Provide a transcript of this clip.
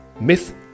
Myth